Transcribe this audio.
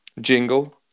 jingle